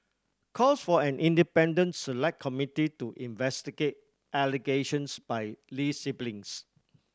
calls for an independent Select Committee to investigate allegations by Lee siblings